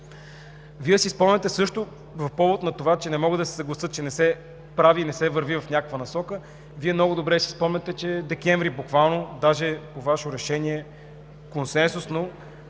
европейски държави. По повод на това, че не мога да се съглася, че не се прави и не се върви в някаква насока, Вие много добре си спомняте, че декември буквално, даже по Ваше решение консенсусно